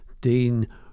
Dean